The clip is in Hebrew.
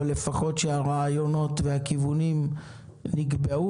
אבל לפחות שהרעיונות והכיוונים נקבעו